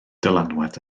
dylanwad